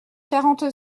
quarante